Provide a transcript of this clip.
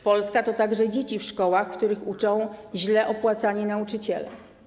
Polska to także dzieci w szkołach, w których uczą źle opłacani nauczyciele.